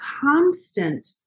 constant